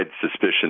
suspicion